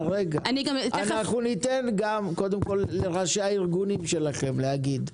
ניתן קודם לראשי הארגונים שלכם להתייחס,